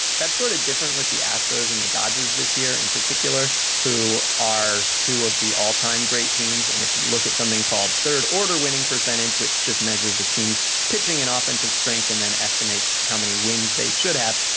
that's sort of different with the astros and the dodgers this year in particular who are two of the all time great teams and if you look at something called third order winning percentage which just measures the team's pitching and offensive strength and then estimates how many wins they should have.